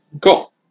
Cool